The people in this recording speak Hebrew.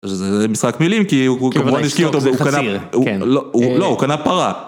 זה משחק מילים כי הוא כמובן השקיע אותו, לא, הוא קנה פרה